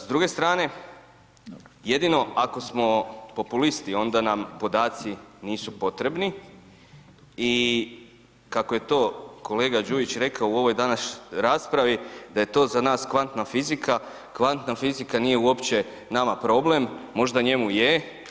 S druge strane, jedino ako smo populisti onda nam podaci nisu potrebni i kako je to kolega Đujić rekao u ovoj današnjoj raspravi da je to za nas kvantna fizika, kvantna fizika nije uopće nama problem, možda njemu je,